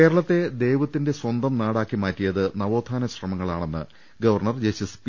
കേരളത്തെ ദൈവത്തിന്റെ സ്വന്തം നാടാക്കി മാറ്റിയത് നവോ ത്ഥാന ശ്രമങ്ങളാണെന്ന് ഗവർണർ ജസ്റ്റിസ് പി